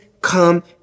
come